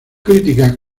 crítica